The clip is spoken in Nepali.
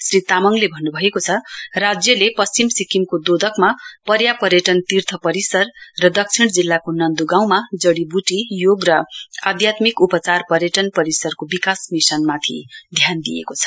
श्री तामङले भन्नुभएको छ राज्यले पश्चिम सिक्किमको दोदकमा पर्या पर्यटन तीर्थ परिसर र दक्षिण जिल्लाको नन्दुगाँउमा जड़ीबुटी योग र आध्यात्मिक उपचार पर्यटन परिसरको विकास मिशनमाथि ध्यान दिएको छ